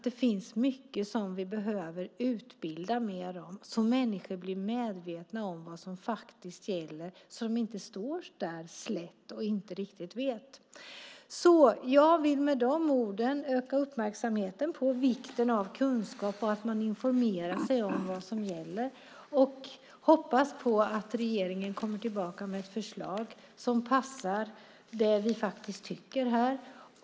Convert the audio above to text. Det finns mycket som vi behöver utbilda mer om så att människor blir medvetna om vad som faktiskt gäller så att de inte står där och inte riktigt vet. Jag vill med de orden öka uppmärksamheten på vikten av kunskap och att man informerar sig om vad som gäller. Jag hoppas på att regeringen kommer tillbaka med ett förslag som passar det vi tycker här.